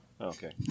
Okay